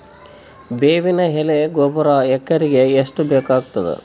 ಬೇವಿನ ಎಲೆ ಗೊಬರಾ ಎಕರೆಗ್ ಎಷ್ಟು ಬೇಕಗತಾದ?